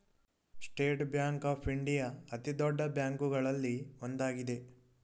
state bank of India ಅತಿದೊಡ್ಡ ಬ್ಯಾಂಕುಗಳಲ್ಲಿ ಒಂದಾಗಿದೆ